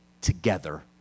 together